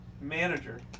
manager